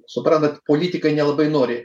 suprantat politikai nelabai nori